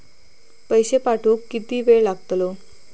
पैशे पाठवुक किती वेळ लागतलो?